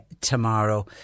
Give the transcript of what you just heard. tomorrow